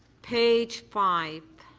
page five.